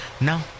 No